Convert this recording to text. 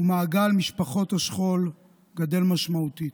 ומעגל משפחות השכול גדל משמעותית.